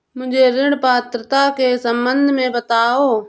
मुझे ऋण पात्रता के सम्बन्ध में बताओ?